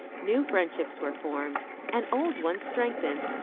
new friendships were formed and old ones strengthened,